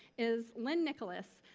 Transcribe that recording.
is lynn nicholas.